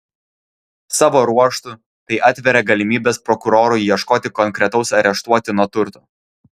savo ruožtu tai atveria galimybes prokurorui ieškoti konkretaus areštuotino turto